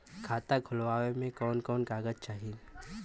खाता खोलवावे में कवन कवन कागज चाही?